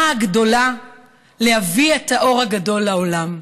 הגדולה להביא את האור הגדול לעולם.